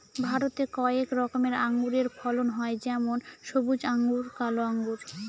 ভারতে কয়েক রকমের আঙুরের ফলন হয় যেমন সবুজ আঙ্গুর, কালো আঙ্গুর